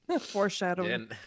Foreshadowing